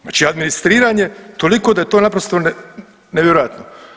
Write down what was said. Znači administriranje je toliko da je to naprosto nevjerojatno.